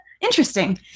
Interesting